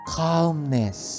calmness